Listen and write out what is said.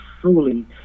truly